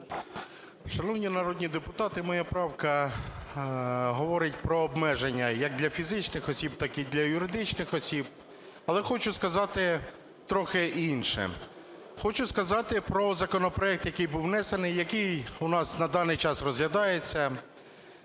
Шановні народні депутати, моя правка говорить про обмеження як для фізичних осіб, так і для юридичних осіб. Але хочу сказати трохи інше, хочу сказати про законопроект, який був внесений, який у нас на даний час розглядається.